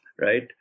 right